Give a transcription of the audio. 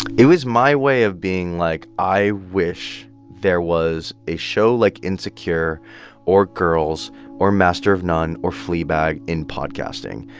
it was my way of being like, i wish there was a show like insecure or girls or master of none or fleabag in podcasting.